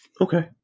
Okay